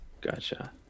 Gotcha